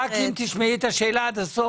תשמעי את השאלה עד הסוף.